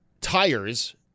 tires